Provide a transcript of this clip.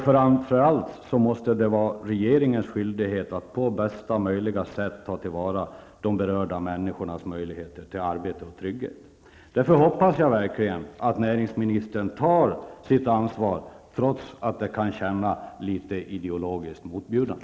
Framför allt måste det vara regeringens skyldighet att på bästa möjliga sätt ta till vara de berörda människornas möjligheter till arbete och trygghet. Därför hoppas jag verkligen att näringsministern tar sitt ansvar, trots att det kan kännas litet ideologiskt motbjudande.